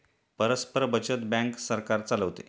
परस्पर बचत बँक सरकार चालवते